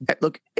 Look